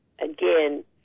again